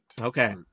Okay